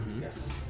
Yes